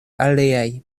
aliaj